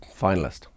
finalist